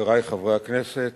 חברי חברי הכנסת,